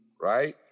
right